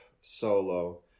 solo